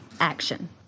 action